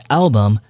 album